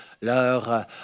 leur